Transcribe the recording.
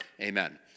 amen